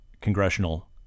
congressional